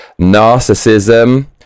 narcissism